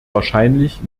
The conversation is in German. wahrscheinlich